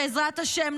בעזרת השם,